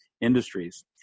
industries